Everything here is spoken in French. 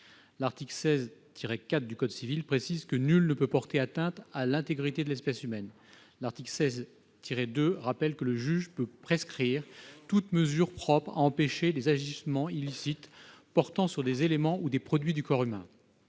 l'article 16-4 du code civil, « nul ne peut porter atteinte à l'intégrité de l'espèce humaine », et l'article 16-2 du même code rappelle que « le juge peut prescrire toutes mesures propres à empêcher [...] les agissements illicites portant sur des éléments ou des produits » du corps humain.